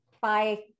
Bye